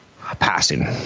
passing